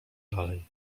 dalej